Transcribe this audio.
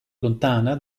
lontana